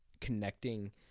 connecting